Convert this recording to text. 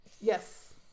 Yes